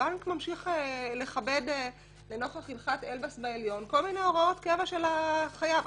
הבנק ממשיך לכבד לנוכח הלכת אלבס בעליון כל מיני הוראות קבע של החייב.